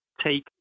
take